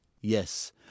Yes